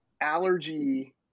allergy